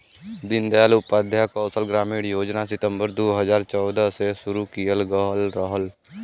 दीन दयाल उपाध्याय कौशल ग्रामीण योजना सितम्बर दू हजार चौदह में शुरू किहल गयल रहल